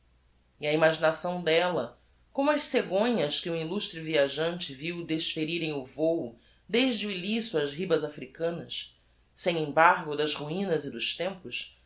a imaginação della como as cegonhas que um illustre viajante viu desferirem o vôo desde o illysso ás ribas africanas sem embargo das ruinas e dos tempos